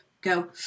go